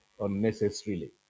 unnecessarily